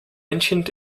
ancient